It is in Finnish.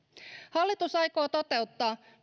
hallitus aikoo toteuttaa